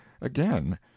again—